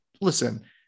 listen